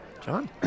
John